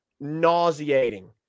nauseating